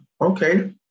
okay